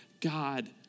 God